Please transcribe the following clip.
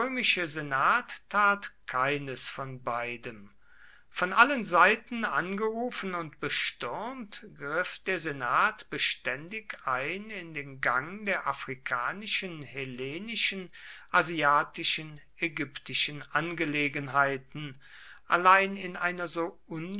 senat tat keines von beidem von allen seiten angerufen und bestürmt griff der senat beständig ein in den gang der afrikanischen hellenischen asiatischen ägyptischen angelegenheiten allein in einer